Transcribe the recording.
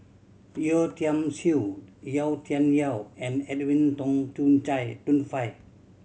Yeo Tiam Siew Yau Tian Yau and Edwin Tong Chun Tong Fai